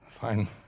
fine